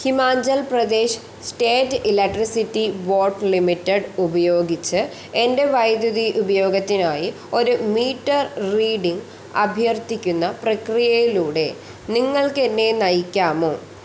Himachal Pradesh state electricity board limited ഉപയോഗിച്ച് എൻ്റെ വൈദ്യുതി ഉപയോഗത്തിനായി ഒരു മീറ്റർ റീഡിങ്ങ് അഭ്യർത്ഥിക്കുന്ന പ്രക്രിയയിലൂടെ നിങ്ങൾക്ക് എന്നെ നയിക്കാമോ